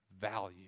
value